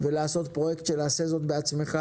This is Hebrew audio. ולעשות פרויקט של עשה זאת בעצמך,